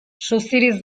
suziriz